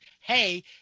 hey